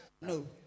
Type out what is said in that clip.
no